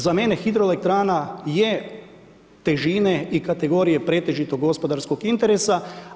Za mene hidroelektrana je težine i kategorije pretežitog gospodarskog interesa.